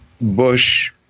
Bush